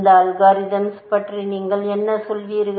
இந்த அல்காரிதம்ஸ் பற்றி நீங்கள் என்ன சொல்வீர்கள்